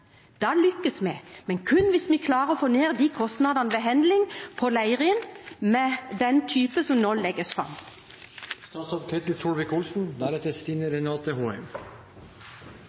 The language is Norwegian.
Da lykkes vi, men kun hvis vi klarer å få ned kostnadene på Leirin med det som nå legges fram.